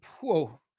whoa